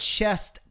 Chest